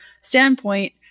standpoint